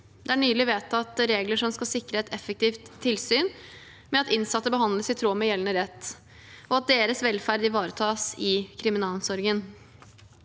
Det er nylig vedtatt regler som skal sikre et effektivt tilsyn ved at innsatte behandles i tråd med gjeldende rett, og at deres velferd ivaretas i kriminalomsorgen.